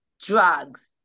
drugs